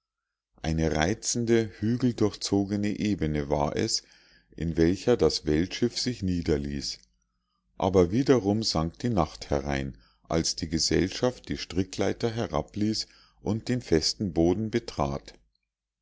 eine reizende hügeldurchzogene ebene war es in welcher das weltschiff sich niederließ aber wiederum sank die nacht herein als die gesellschaft die strickleiter herabließ und den festen boden betrat